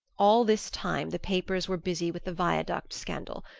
all this time the papers were busy with the viaduct scandal.